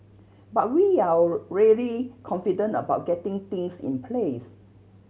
but we're all really confident about getting things in place